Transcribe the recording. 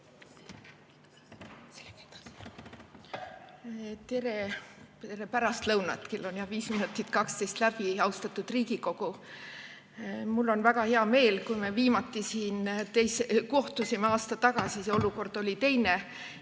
Tere pärastlõunat! Kell on viis minutit 12 läbi. Austatud Riigikogu! Mul on väga hea meel. Kui me viimati siin kohtusime aasta tagasi, siis olukord oli teine